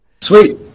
Sweet